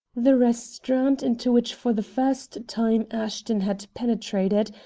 the restaurant into which for the first time ashton had penetrated,